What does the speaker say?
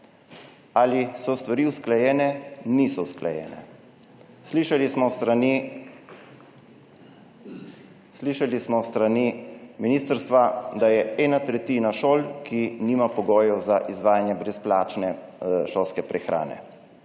Ali so stvari usklajene? Niso usklajene. S strani ministrstva smo slišali, da je ena tretjinašol, ki nima pogojev za izvajanje brezplačne šolske prehrane.